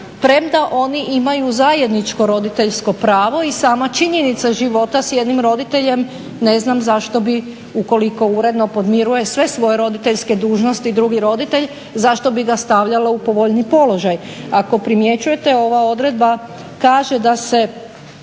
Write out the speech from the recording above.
premda oni imaju zajedničko roditeljsko pravo. I sama činjenica života s jednim roditeljem ne znam zašto bi ukoliko uredno podmiruje sve svoje roditeljske dužnosti drugi roditelj zašto bi ga stavljalo u povoljniji položaj. Ako primjećujete ova odredba kaže da se